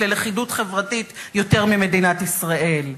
ללכידות חברתית יותר ממדינת ישראל?